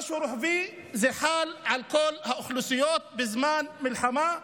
מה שרוחבי חל על כל האוכלוסיות בזמן מלחמה,